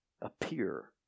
Appear